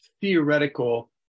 theoretical